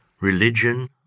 religion